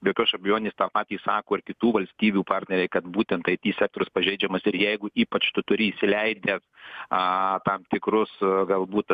jokios abejonės tą patį sako ir kitų valstybių partneriai kad būtent aity sektorius pažeidžiamas ir jeigu ypač tu turi įsileidęs a tam tikus galbūt